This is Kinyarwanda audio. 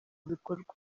bikorwa